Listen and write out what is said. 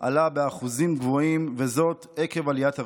עלה באחוזים גבוהים, וזאת עקב עליית הריבית.